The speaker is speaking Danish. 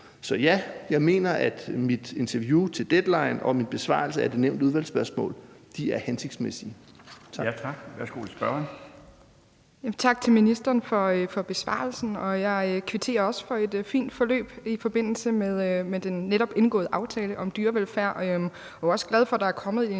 Så ja, jeg mener, at mit interview til Deadline og min besvarelse af det nævnte udvalgsspørgsmål er hensigtsmæssige.